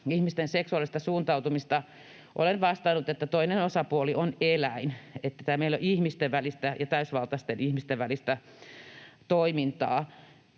ihmisten seksuaalista suuntautumista. Olen vastannut, että toinen osapuoli on eläin, että tämä ei ole ihmisten välistä ja täysvaltaisten ihmisten välistä toimintaa.